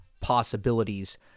possibilities